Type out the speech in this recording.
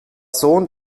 sohn